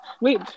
Wait